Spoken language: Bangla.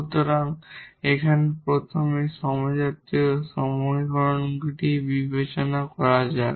সুতরাং এখানে প্রথমে এই হোমোজিনিয়াস সমীকরণটি বিবেচনা করা যাক